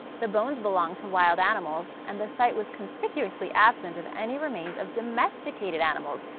the bones belonged to wild animals and the site was conspicuously absent of any remains of domesticated animals,